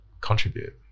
contribute